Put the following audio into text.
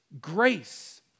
grace